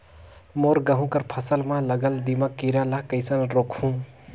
मोर गहूं कर फसल म लगल दीमक कीरा ला कइसन रोकहू?